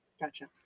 Gotcha